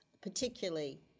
particularly